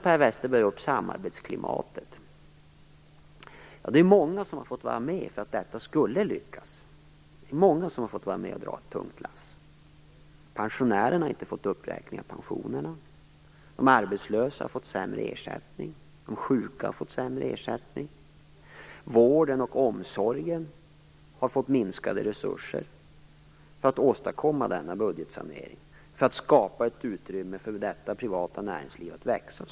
Per Westerberg tar upp samarbetsklimatet. Det är många som har fått vara med för att detta skulle lyckas. Det är många som har fått vara med och dra ett tungt lass. Pensionärerna har inte fått uppräkning av pensionerna, de arbetslösa och de sjuka har fått sämre ersättning. Vården och omsorgen har fått minskade resurser för att vi skall kunna åstadkomma denna budgetsanering och skapa ett utrymme för det privata näringslivet att växa.